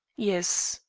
yes.